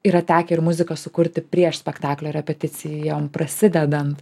yra tekę ir muziką sukurti prieš spektaklio repeticijom prasidedant